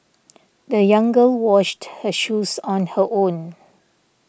the young girl washed her shoes on her own